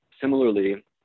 Similarly